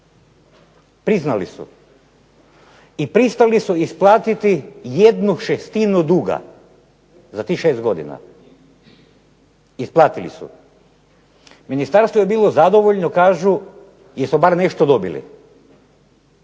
priznali su, i pristali su isplatiti 1/6 duga za tih 6 godina, isplatili su. Ministarstvo je bilo zadovoljno kažu jer su bar nešto dobili